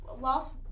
last